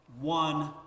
one